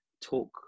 talk